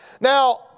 Now